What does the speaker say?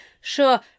Sure